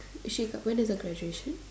is she when is the graduation